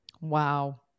Wow